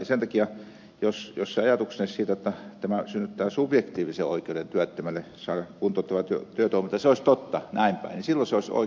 sen takia jos olisi totta se ajatus jotta tämä synnyttää subjektiivisen oikeuden työttömälle saada kuntouttavaa työtoimintaa silloin se olisi okei